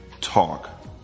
talk